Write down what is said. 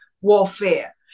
warfare